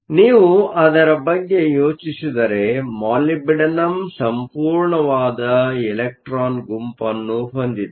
ಆದ್ದರಿಂದ ನೀವು ಅದರ ಬಗ್ಗೆ ಯೋಚಿಸಿದರೆ ಮಾಲಿಬ್ಡಿನಮ್ ಸಂಪೂರ್ಣವಾದ ಇಲೆಕ್ಟ್ರಾನ್ಗಳ ಗುಂಪನ್ನು ಹೊಂದಿದೆ